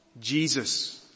Jesus